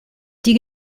die